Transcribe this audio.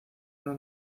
una